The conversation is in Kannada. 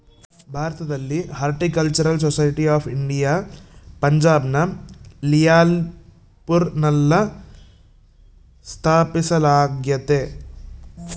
ಭಾರತದಲ್ಲಿ ಹಾರ್ಟಿಕಲ್ಚರಲ್ ಸೊಸೈಟಿ ಆಫ್ ಇಂಡಿಯಾ ಪಂಜಾಬ್ನ ಲಿಯಾಲ್ಪುರ್ನಲ್ಲ ಸ್ಥಾಪಿಸಲಾಗ್ಯತೆ